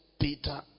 Peter